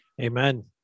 Amen